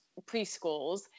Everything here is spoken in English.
preschools